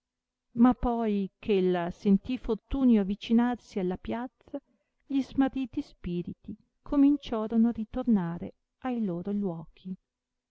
ma poi eh ella senti fortunio avicinarsi alla piazza gli smarriti spiriti cominciorono a ritornare ai loro luochi